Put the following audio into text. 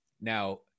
now